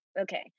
Okay